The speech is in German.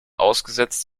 ausgesetzt